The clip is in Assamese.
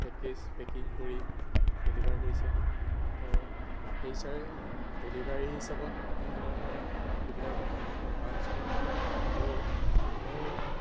পেকেজ পেকিং কৰি ডেলিভাৰ কৰিছে ত' সেই চাই ডেলিভাৰী হিচাপত কোনো ধৰণৰ অসুবিধাৰ মই সন্মুখীন হোৱা নাছিলোঁ আৰু মোৰ